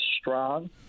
strong